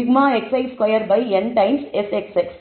σxi2 n times Sxx